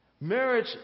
Marriage